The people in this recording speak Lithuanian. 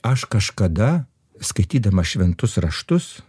aš kažkada skaitydama šventus raštus